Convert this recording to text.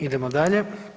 Idemo dalje.